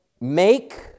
Make